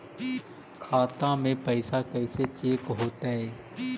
खाता में पैसा कैसे चेक हो तै?